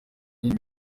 yindi